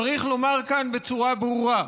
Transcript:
צריך לומר כאן בצורה ברורה: